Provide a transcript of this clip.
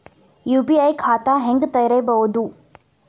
UPI ಖಾತಾ ಹೆಂಗ್ ತೆರೇಬೋದು?